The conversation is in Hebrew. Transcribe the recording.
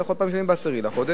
ואתה יכול פעם לשלם ב-10 בחודש.